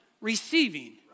receiving